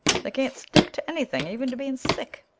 they can't stick to anything, even to being sick,